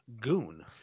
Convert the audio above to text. Goon